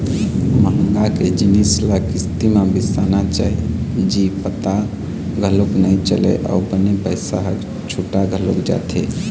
महँगा के जिनिस ल किस्ती म बिसाना चाही जी पता घलोक नइ चलय अउ बने पइसा ह छुटा घलोक जाथे